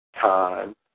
Time